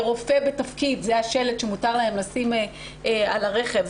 ו"רופא בתפקיד" זה השלט שמותר להם לשים על הרכב.